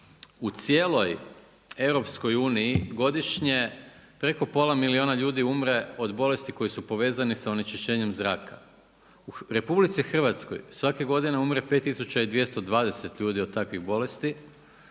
u cijeloj EU godišnje preko pola milijuna ljudi umre od bolesti koji su povezani sa onečišćenjem zraka. U Republici Hrvatskoj svake godine umre 5220 ljudi od takvih bolesti